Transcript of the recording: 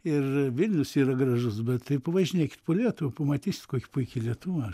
ir vilnius yra gražus bet taip pavažinėkit po lietuvą pamatysit kokia puiki lietuva